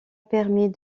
permis